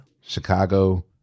Chicago